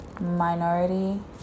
minority